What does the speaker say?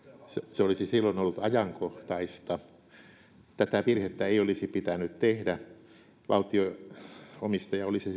se olisi silloin ollut ajankohtaista tätä virhettä ei olisi pitänyt tehdä valtio omistaja olisi